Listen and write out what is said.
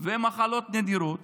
ומחלות נדירות,